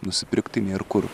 nusipirkti nėr kur